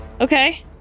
Okay